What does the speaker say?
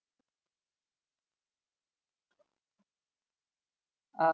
uh